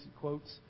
quotes